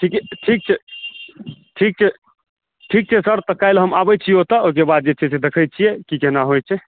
ठीक छै ठीक छै ठीक छै सर तऽ काल्हि हम आबै छी ओतऽ ओहिके बाद जे छै से देखै छिए की कोना होइ छै